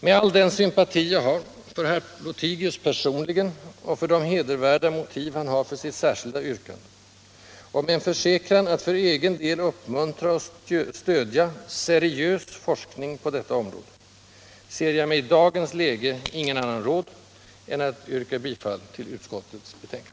Med all den sympati jag har för herr Lothigius personligen och för de hedervärda motiv han har för sitt särskilda yrkande — och med en försäkran att för egen del uppmuntra och stödja seriös forskning på detta område — ser jag mig i dagens läge ingen annan råd än att yrka bifall till utskottets hemställan.